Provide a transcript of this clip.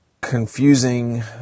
confusing